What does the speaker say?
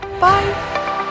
bye